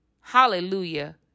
Hallelujah